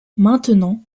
maintenant